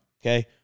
Okay